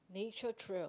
nature trail